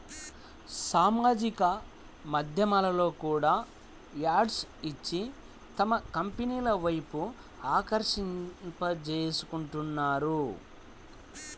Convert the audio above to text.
సామాజిక మాధ్యమాల్లో కూడా యాడ్స్ ఇచ్చి తమ కంపెనీల వైపు ఆకర్షింపజేసుకుంటున్నారు